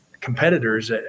competitors